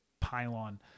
pylon